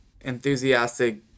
enthusiastic